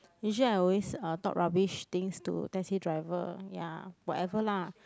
usually I always uh talk rubbish things to taxi driver ya whatever lah